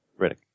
Riddick